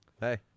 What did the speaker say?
Hey